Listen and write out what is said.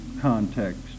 context